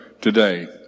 today